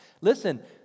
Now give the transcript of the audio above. Listen